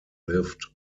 lived